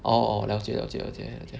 orh orh 了解了解了解了解